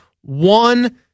one